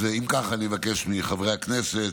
אז אם כך, אני אבקש מחברי הכנסת